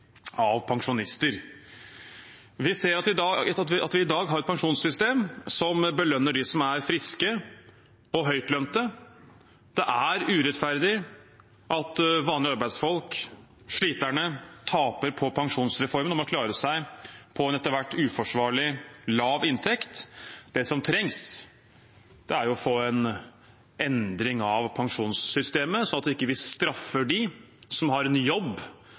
pensjonister. Vi ser at vi i dag har et pensjonssystem som belønner dem som er friske og høytlønte. Det er urettferdig at vanlige arbeidsfolk, sliterne, taper på pensjonsreformen og må klare seg på en etter hvert uforsvarlig lav inntekt. Det som trengs, er å få en endring av pensjonssystemet, slik at vi ikke straffer dem som har en jobb